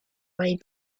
way